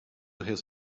his